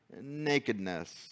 nakedness